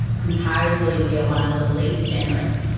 comparatively we are one of the least generous.